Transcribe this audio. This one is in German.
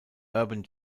urban